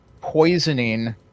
poisoning